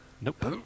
Nope